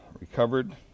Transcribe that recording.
recovered